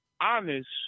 honest